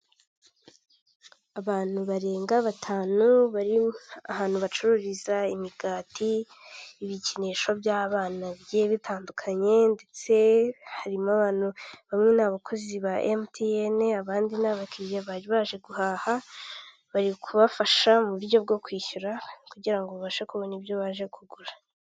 Abantu barenga batanu bari ahantu bacururiza imigati, ibikinisho by'abana bitandukanye ndetse harimo abantu bamwe n'abakozi ba emutuyene, abandi n'abakiriya bari baje guhaha, bari kubafasha mu buryo bwo kwishyura kugirango babashe kubona ibyo baje kugura.